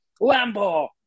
Lambo